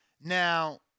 Now